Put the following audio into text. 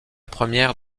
première